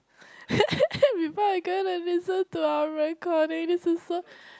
people are gonna listen to our recording this is so